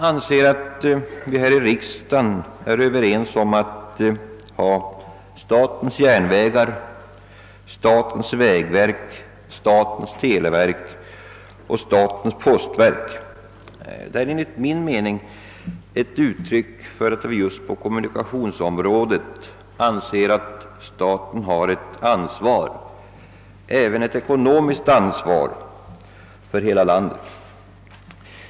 Ait vi här i riksdagen är överens om att ha statens järnvägar, statens vägverk, ett statens televerk och ett statens postverk är enligt min mening ett uttryck för att vi anser att staten just på kommunikationsområdet har även ett ckonomiskt ansvar för heia landet.